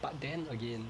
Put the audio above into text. but then again